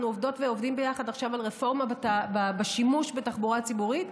עובדות ועובדים ביחד עכשיו על רפורמה בשימוש בתחבורה הציבורית,